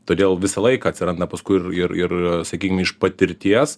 todėl visą laiką atsiranda paskui ir ir ir sakykim iš patirties